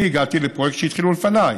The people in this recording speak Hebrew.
אני הגעת לפרויקט שהתחילו לפניי.